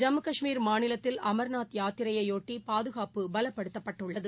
ஜம்மு கஷ்மீர் மாநிலத்தில் அமா்நாத் யாத்திரையையொட்டிபாதுகாப்பு பலப்படுத்தப்பட்டுள்ளது